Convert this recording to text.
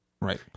Right